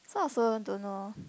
so I also don't know